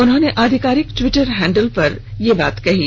उन्होंने आधिकारिक Twitter handle पर यह बात कही है